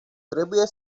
trebuie